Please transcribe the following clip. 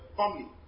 family